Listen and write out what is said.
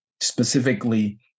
specifically